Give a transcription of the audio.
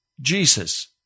Jesus